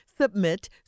Submit